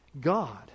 God